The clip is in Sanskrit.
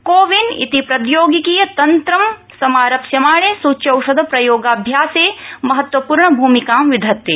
को विन इति प्रौद्योगिकीय तन्त्र समारप्यमाणे सूच्यौषध प्रयोगाभ्यासे महत्वपूर्णभ्मिकां विधत्ते